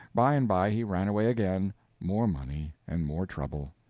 by and by he ran away again more money and more trouble.